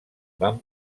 van